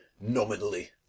nominally